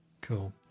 cool